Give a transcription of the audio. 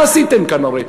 מה עשיתם כאן, הרי?